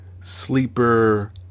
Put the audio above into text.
sleeper